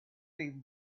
been